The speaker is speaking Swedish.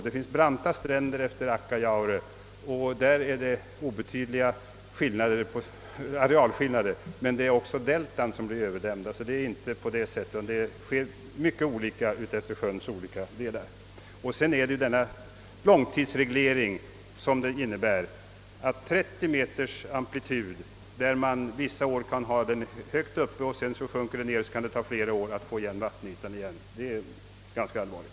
Det finns branta stränder efter Akkajaure och där blir arealskillnaden obetydlig, men det finns också deltan som blir överdämda. Storleken av de uppdämda områdena varierar alltså mycket ut efter sjöns olika delar. Vidare innebär den långtidsreglering som sker 30 meters amplitud; vissa år kan man ha vatten högt uppe på land, men sedan sjunker vattnet igen. Det kan sålunda ta flera år innan vattenytan är återställd till det normala, och detta är ganska allvarligt.